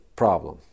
problem